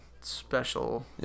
special